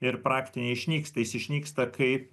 ir praktinė išnyksta jis išnyksta kaip